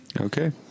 Okay